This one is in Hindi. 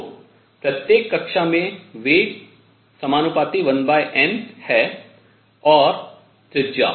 तो प्रत्येक कक्षा में वेग 1n है और त्रिज्या